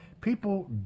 people